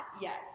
Yes